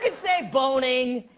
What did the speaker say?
and say boning!